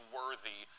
worthy